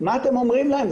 מה אתם אומרים להם?